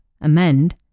amend